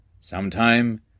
Sometime